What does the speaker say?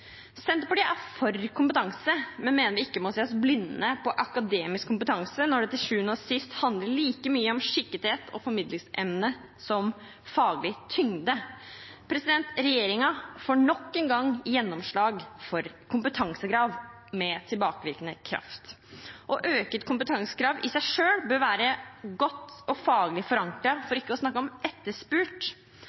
Senterpartiet er for kompetanse, men mener vi ikke må se oss blinde på akademisk kompetanse når det til sjuende og sist handler like mye om skikkethet og formidlingsevne som faglig tyngde. Regjeringen får nok en gang gjennomslag for kompetansekrav med tilbakevirkende kraft. Å øke et kompetansekrav i seg selv bør være godt faglig forankret, for ikke å snakke om etterspurt.